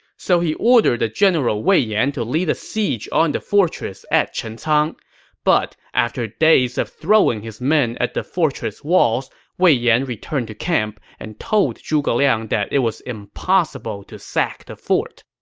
so he ordered the general wei yan to lead a siege on the fortress at chencang. but after days of throwing his men at the fortress walls, wei yan returned to camp and told zhuge liang that it was impossible to sack the fort.